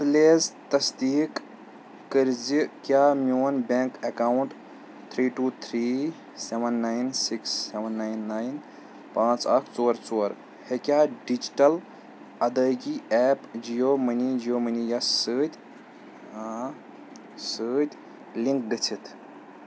please تصدیٖق کَرۍ زِ کیٛاہ میٛون bank account three two three seven nine six seven nine nine پانٛژھ اَکھ ژور ژور ہٮ۪کہٕ یا ڈِجیٹٕل ادائیگی app Jio money Jio money یَس سۭتۍ سٍتۍ لِنٛک گٔژھِتھ